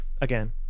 again